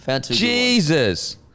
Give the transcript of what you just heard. Jesus